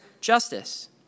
justice